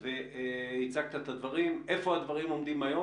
לפרויקטים ולא איפשר לרשויות להיערך אליו,